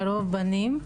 לרוב בנים,